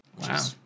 Wow